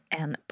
en